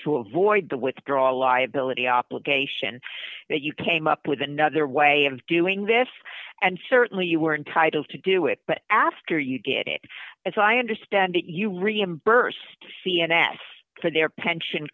to avoid the withdrawal liability op legation that you came up with another way of doing this and certainly you were entitled to do it but after you get it as i understand it you reimbursed cns for their pension